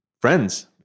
friends